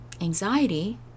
anxiety